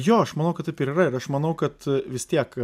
jo aš manau kad taip ir yra ir aš manau kad vis tiek